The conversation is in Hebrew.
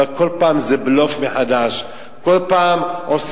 אבל, כל פעם זה בלוף מחדש.